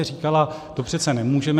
Říkala: To přece nemůžeme.